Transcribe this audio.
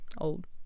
old